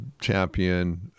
champion